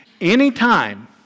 Anytime